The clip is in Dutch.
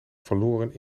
verloren